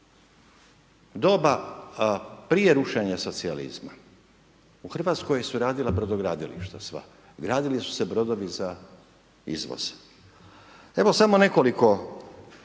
doba prije rušenja socijalizma. U Hrvatskoj su radila brodogradilišta sva. Gradili su se brodovi za izvoz. Evo samo nekoliko